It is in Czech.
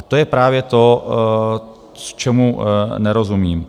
To je právě to, čemu nerozumím.